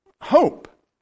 Hope